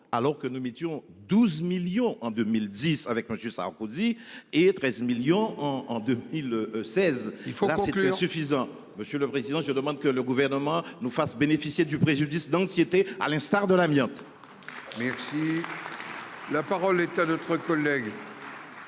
alors que nous mettions 12 millions en 2010 avec Monsieur Sarkozy et et 13 millions en en 2 et le 16 il faut c'était suffisant. Monsieur le président. Je demande que le gouvernement nous fasse bénéficier du préjudice d'anxiété. À l'instar de l'amiante. La parole est à d'autres collègues.